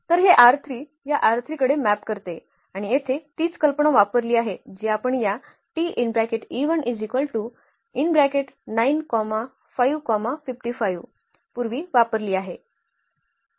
तर हे या कडे मॅप करते आणि येथे तीच कल्पना वापरली आहे जी आपण या पूर्वी वापरली आहे